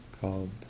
called